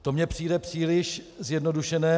To mi přijde příliš zjednodušené.